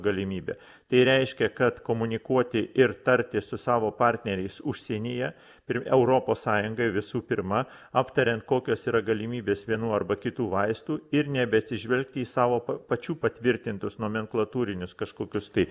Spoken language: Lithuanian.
galimybę tai reiškia kad komunikuoti ir tartis su savo partneriais užsienyje ir europos sąjungai visų pirma aptariant kokios yra galimybės vienų arba kitų vaistų ir nebeatsižvelgti į savo pačių patvirtintus nomenklatūrinius kažkokius tai